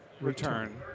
Return